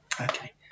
Okay